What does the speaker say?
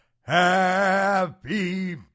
Happy